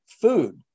food